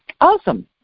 Awesome